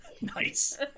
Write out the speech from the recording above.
Nice